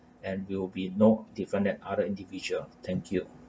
and will be no different than other individual thank you